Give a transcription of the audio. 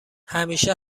همیشه